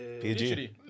PG